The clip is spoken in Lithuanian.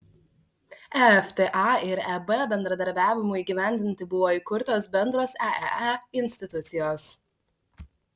efta ir eb bendradarbiavimui įgyvendinti buvo įkurtos bendros eee institucijos